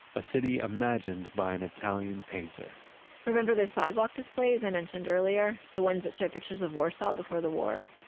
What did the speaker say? a city imagined by an italian painter remember the sidewalk displays i mentioned earlier, the ones that show pictures of warsaw before the war?